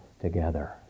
together